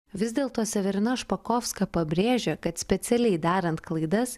vis dėlto severina špakovska pabrėžia kad specialiai darant klaidas